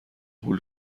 هول